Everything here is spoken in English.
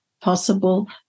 possible